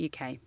uk